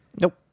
Nope